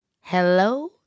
Hello